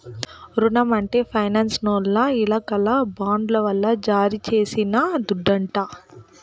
రునం అంటే ఫైనాన్సోల్ల ఇలాకాల బాండ్ల వల్ల జారీ చేసిన దుడ్డంట